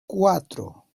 cuatro